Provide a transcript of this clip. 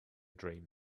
dream